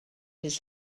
his